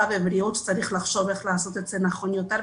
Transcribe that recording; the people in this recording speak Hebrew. ובריאות שצריך לחשוב איך לעשות את זה נכון יותר,